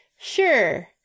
Sure